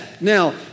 Now